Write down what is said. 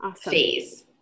phase